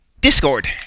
Discord